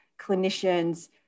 clinicians